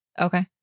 Okay